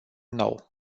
nou